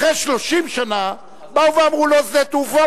אחרי 30 שנה באו ואמרו: לא שדה תעופה.